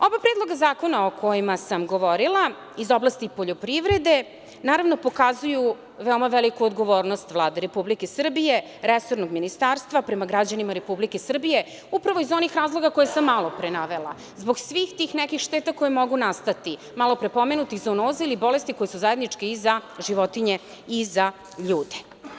Oba predloga zakona o kojima sam govorila iz oblasti poljoprivrede, naravno, pokazuju veoma veliku odgovornost Vlade Republike Srbije, resornog ministarstva, prema građanima Republike Srbije, upravo iz onih razloga koje sam malopre navela, zbog tih svih nekih šteta koje mogu nastati, malopre pomenutih zoonoze ili bolesti koji su zajedničke i za životinje i za ljude.